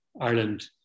ireland